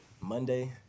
Monday